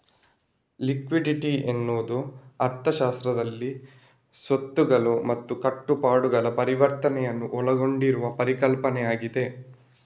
liquidity ಎನ್ನುವುದು ಅರ್ಥಶಾಸ್ತ್ರದಲ್ಲಿ ಸ್ವತ್ತುಗಳು ಮತ್ತು ಕಟ್ಟುಪಾಡುಗಳ ಪರಿವರ್ತನೆಯನ್ನು ಒಳಗೊಂಡಿರುವ ಪರಿಕಲ್ಪನೆಯಾಗಿದೆ